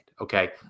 Okay